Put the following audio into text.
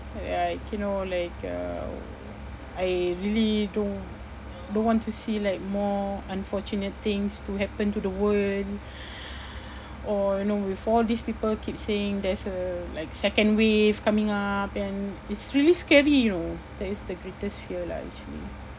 like you know like uh I really don't don't want to see like more unfortunate things to happen to the world or you know with all these people keep saying there's a like second wave coming up and it's really scary you know that is the greatest fear lah actually